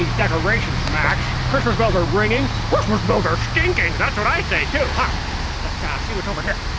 decorations max. christmas bells are ringing. christmas bells are stinking! that's what i say too huh? let's ah see what's over here.